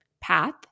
path